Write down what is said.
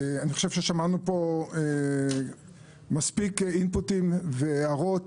אני חושב ששמענו פה מספיק אינפוטים והערות